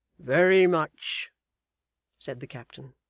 very much said the captain.